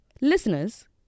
Listeners